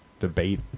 debate